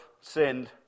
sinned